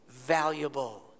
valuable